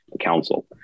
council